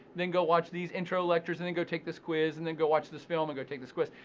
then go watch these intro lectures, and then go take this quiz, and then go watch this film, and go take this quiz.